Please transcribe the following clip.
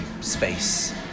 space